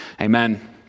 Amen